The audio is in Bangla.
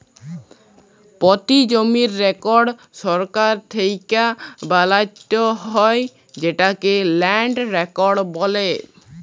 পতি জমির রেকড় সরকার থ্যাকে বালাত্যে হয় যেটকে ল্যান্ড রেকড় বলে